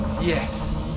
Yes